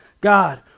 God